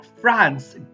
France